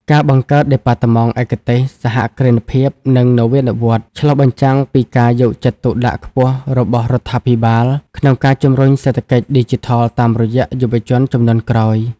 ការបង្កើតដេប៉ាតឺម៉ង់ឯកទេស "សហគ្រិនភាព និងនវានុវត្តន៍" ឆ្លុះបញ្ចាំងពីការយកចិត្តទុកដាក់ខ្ពស់របស់រដ្ឋាភិបាល ក្នុងការជម្រុញសេដ្ឋកិច្ចឌីជីថលតាមរយៈយុវជនជំនាន់ក្រោយ។